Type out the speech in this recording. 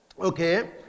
Okay